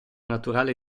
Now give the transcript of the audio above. naturale